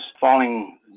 falling